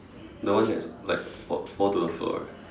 the one that's like fall fall to the floor right